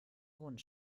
grund